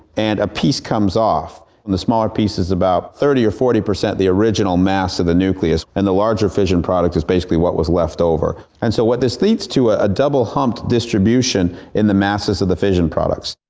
and a piece comes off. and the smaller piece is about thirty or forty percent the original mass of the nucleus, and the larger fission product is basically what was left over. and so what this leads to ah a double humped distribution in the masses of the fission products.